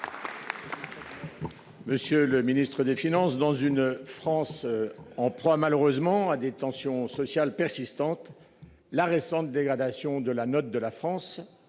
Monsieur le Ministre des Finances dans une France en proie malheureusement à des tensions sociales persistantes. La récente dégradation de la note de la France